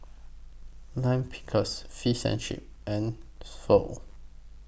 Lime Pickles Fish and Chips and Pho